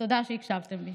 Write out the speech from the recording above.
תודה שהקשבתם לי.